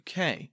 UK